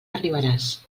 arribaràs